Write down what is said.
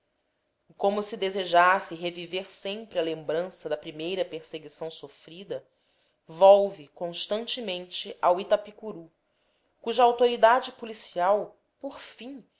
como se desejasse reviver sempre a lembrança da primeira perseguição sofrida volve constantemente ao itapicuru cuja autoridade policial por fim